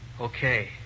Okay